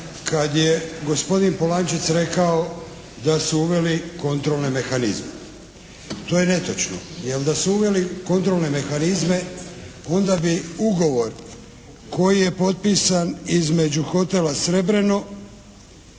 kad je gospodin Polančec rekao da su uveli kontrolne mehanizme. To je netočno, jer da su uveli kontrolne mehanizme onda bi ugovor koji je potpisan između hotela "Srebreno"